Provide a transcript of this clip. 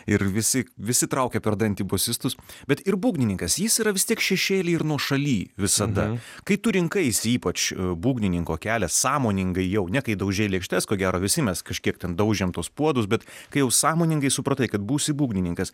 ir visi visi traukia per dantį bosistus bet ir būgnininkas jis yra vis tik šešėly ir nuošaly visada kai tu rinkaisi ypač būgnininko kelią sąmoningai jau ne kai daužei lėkštes ko gero visi mes kažkiek ten daužėm tuos puodus bet kai jau sąmoningai supratai kad būsi būgnininkas